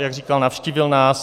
Jak říkal, navštívil nás.